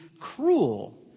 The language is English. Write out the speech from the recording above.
cruel